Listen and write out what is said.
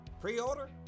Pre-order